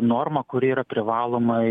norma kuri yra privalomai